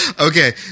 Okay